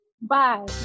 Bye